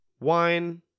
wine